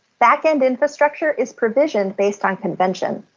backend infrastructure is provisioned based on convention.